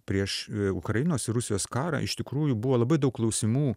prieš ukrainos ir rusijos karą iš tikrųjų buvo labai daug klausimų